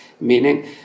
meaning